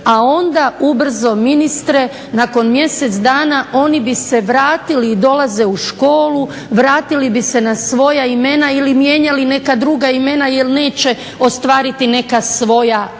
a onda ubrzo ministre nakon mjesec dana oni bi se vratili i dolaze u školu, vratili bi se na svoja imena ili mijenjali neka druga imena jer neće ostvariti svoja druga